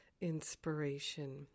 inspiration